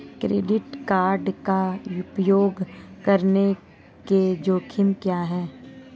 Credit card का उपयोग करने के जोखिम क्या हैं?